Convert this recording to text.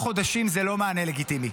ארבעה חודשים זה לא מענה לגיטימי.